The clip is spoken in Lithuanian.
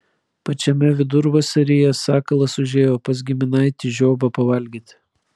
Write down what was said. pačiame vidurvasaryje sakalas užėjo pas giminaitį žiobą pavalgyti